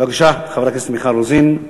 בבקשה, חברת הכנסת מיכל רוזין,